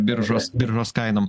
biržos biržos kainom